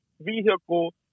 vehicle